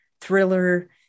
thriller